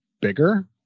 bigger